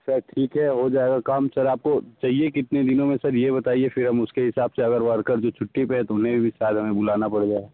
sir ठीक है हो जाएगा काम सर आपको चाहिए कितने दिनों में सर यह बताइये फिर हम उसके हिसाब से अगर वर्कर जो छुट्टी पर है तो उन्हें भी शायद हमें बुलाना पड़ जाए